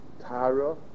Tara